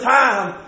time